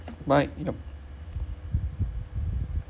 bye yup